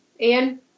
Ian